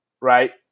Right